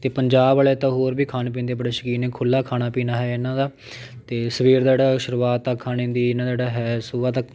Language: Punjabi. ਅਤੇ ਪੰਜਾਬ ਵਾਲੇ ਤਾਂ ਹੋਰ ਵੀ ਖਾਣ ਪੀਣ ਦੇ ਬੜੇ ਸ਼ੌਕੀਨ ਨੇ ਖੁੱਲ੍ਹਾ ਖਾਣਾ ਪੀਣਾ ਹੈ ਇਹਨਾਂ ਦਾ ਅਤੇ ਸਵੇਰ ਦਾ ਜਿਹੜਾ ਸ਼ੁਰੂਆਤ ਆ ਖਾਣੇ ਦੀ ਇਹਨਾਂ ਦਾ ਜਿਹੜਾ ਹੈ ਸੁਬਾਹ ਤੱਕ